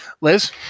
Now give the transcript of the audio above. liz